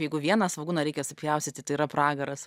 jeigu vieną svogūną reikia supjaustyti tai yra pragaras